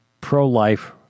pro-life